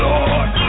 Lord